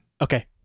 Okay